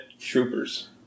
Troopers